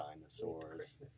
dinosaurs